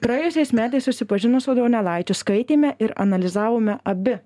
praėjusiais metais susipažino su donelaičiu skaitėme ir analizavome abi